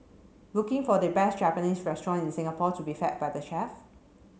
looking for the best Japanese restaurant in Singapore to be fed by the chef